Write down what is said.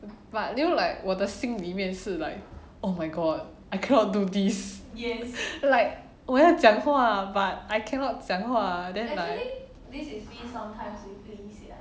but you know like 我的心里面是 like oh my god I cannot do this like 我要讲话 but I cannot 讲话 then like